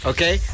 Okay